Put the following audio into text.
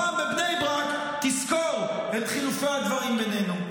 הפעם בבני ברק, תזכור את חילופי הדברים בינינו.